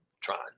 trying